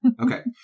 Okay